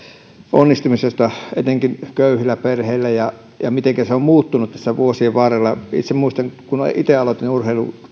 onnistumisesta etenkin köyhissä perheissä ja siitä mitenkä se on muuttunut tässä vuosien varrella itse muistan että kun itse aloitin urheilun